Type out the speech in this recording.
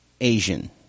Asian